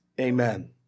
Amen